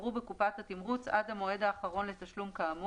שהצטברו בקופת התמרוץ עד המועד האחרון לתשלום כאמור,